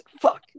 fuck